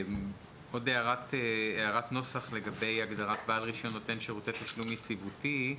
עוד הערת נוסח לגבי הגדרת בעל רישיון נותן שירותי תשלום יציבותי.